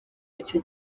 icyo